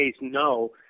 no